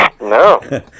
No